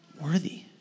Worthy